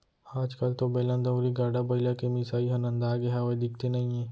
आज कल तो बेलन, दउंरी, गाड़ा बइला के मिसाई ह नंदागे हावय, दिखते नइये